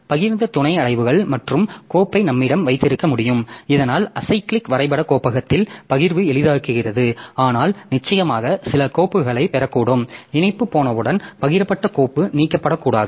பகிர்ந்த துணை அடைவுகள் மற்றும் கோப்பை நம்மிடம் வைத்திருக்க முடியும் இதனால் அசைக்ளிக் வரைபட கோப்பகத்தில் பகிர்வு எளிதாக்குகிறது ஆனால் நிச்சயமாக சில கோப்புகளைப் பெறக்கூடும் இணைப்பு போனவுடன் பகிரப்பட்ட கோப்பு நீக்கப்படக்கூடாது